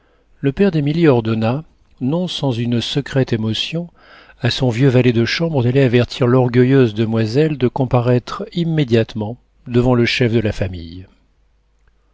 le père d'émilie ordonna non sans une secrète émotion à son vieux valet de chambre d'aller avertir l'orgueilleuse demoiselle de comparaître immédiatement devant le chef de la famille